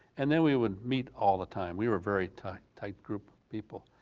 and then we would meet all the time, we were a very tight tight group people,